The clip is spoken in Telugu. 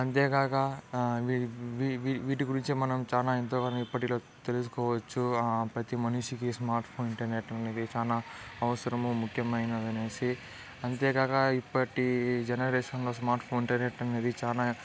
అంతేకాక అవి వీటి వీటి గురించి మనం చాలా ఎంతో తెలుసుకోవచ్చు ప్రతి మనిషికి స్మార్ట్ ఫోన్ ఇంటర్నెట్ అనేవి చాలా అవసరము ముఖ్యమైనవి అనేసి అంతేకాక ఇప్పటి జెనరేషన్లో స్మార్ట్ ఫోన్ ఇంటర్నెట్ అనేది చాలా ఎంత గానో